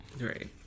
Right